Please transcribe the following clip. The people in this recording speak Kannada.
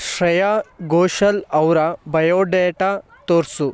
ಶ್ರೇಯಾ ಘೋಷಾಲ್ ಅವರ ಬಯೋ ಡೇಟಾ ತೋರಿಸು